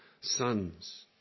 sons